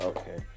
Okay